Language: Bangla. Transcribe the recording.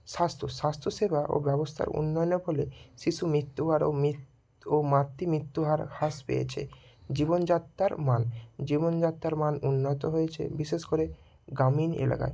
স্বাস্থ্য স্বাস্থ্যসেবা ও ব্যবস্থার উন্নয়নের ফলে শিশু মৃত্যু আরও ম্রি ও মাতৃ মিত্যু হার হ্রাস পেয়েছে জীবনযাত্রার মান জীবনযাত্রার মান উন্নত হয়েছে বিশেষ করে গ্রামীণ এলাকায়